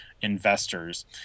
investors